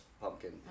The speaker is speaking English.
pumpkin